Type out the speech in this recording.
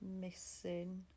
missing